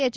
H